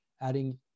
adding